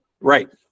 right